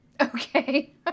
Okay